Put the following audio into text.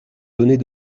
données